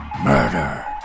Murder